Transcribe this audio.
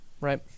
right